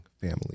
family